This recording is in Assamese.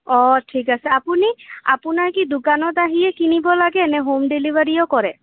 অঁ ঠিক আছে আপুনি আপোনাৰ কি দোকানত আহিয়েই কিনিব লাগেনে হোম ডেলিভাৰীও কৰে